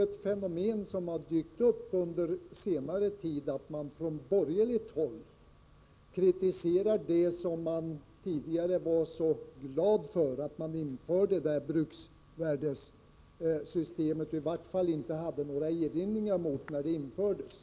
Ett fenomen som dykt upp under senare tid är att man från borgerligt håll kritiserar det som man tidigare var så glad för: att man införde bruksvärdessystemet. I varje fall hade man från borgerligt håll inte några erinringar mot systemet när det infördes.